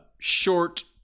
short